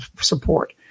support